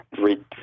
read